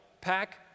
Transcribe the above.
pack